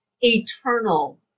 eternal